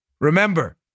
Remember